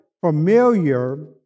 familiar